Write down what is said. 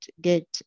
get